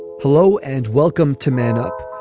hello and welcome to man up,